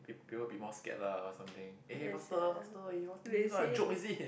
peop~ people be more scared lah or something eh faster faster eh you all think this one a joke is it